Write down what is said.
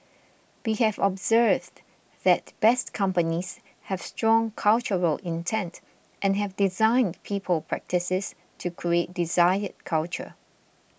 we have observed that Best Companies have strong cultural intent and have designed people practices to create desired culture